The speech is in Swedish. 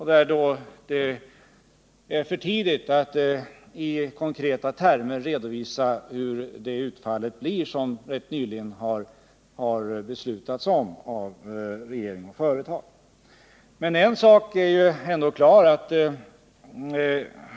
Det är ännu för tidigt att i konkreta termer redovisa hur utfallet blir av de åtgärder som nyligen har beslutats av regering och företag. En sak är ändå klar: När det gäller bl.a.